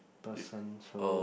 person so